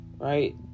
right